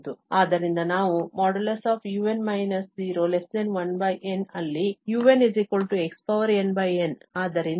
ಆದ್ದರಿಂದ ನಾವು |un − 0| 1n ಅಲ್ಲಿ un xnn ಆದ್ದರಿಂದ xnn1n